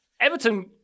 Everton